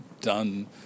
done